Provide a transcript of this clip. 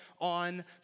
on